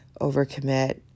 overcommit